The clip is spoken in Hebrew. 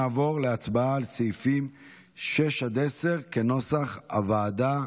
נעבור להצבעה על סעיפים 6 10, כנוסח הוועדה.